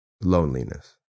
loneliness